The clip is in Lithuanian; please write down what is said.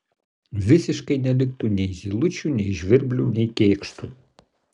visiškai neliktų nei zylučių nei žvirblių nei kėkštų